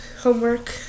homework